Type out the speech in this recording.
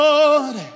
Lord